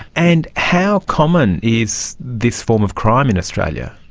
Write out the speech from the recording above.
and how common is this form of crime in australia?